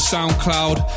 Soundcloud